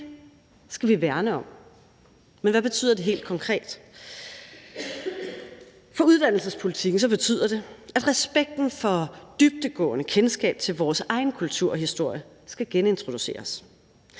Det skal vi værne om. Men hvad betyder det helt konkret? For uddannelsespolitikken betyder det, at respekten for et dybdegående kendskab til vores egen kulturhistorie skal genintroduceres.